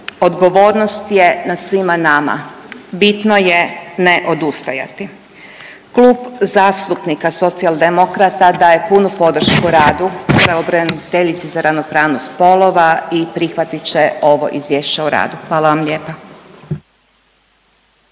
Odgovornost je na svima nama, bitno je ne odustajati. Klub zastupnika Socijaldemokrata daje punu podršku radu pravobraniteljici za ravnopravnost spolova i prihvat će ovo izvješće o radu. Hvala vam lijepa.